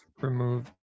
remove